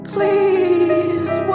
Please